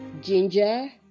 ginger